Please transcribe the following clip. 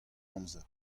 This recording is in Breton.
amzer